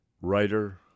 writer